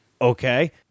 okay